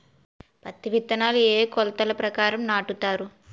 పత్తి విత్తనాలు ఏ ఏ కొలతల ప్రకారం నాటుతారు?